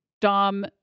Dom